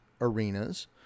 arenas